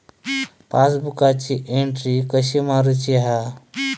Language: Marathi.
पासबुकाची एन्ट्री कशी मारुची हा?